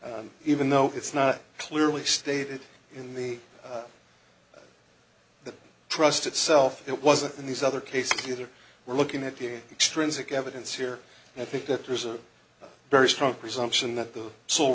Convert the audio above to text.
and even though it's not clearly stated in the the trust itself it wasn't in these other cases either we're looking at the extrinsic evidence here and i think that there's a very strong presumption that the sole